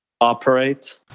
operate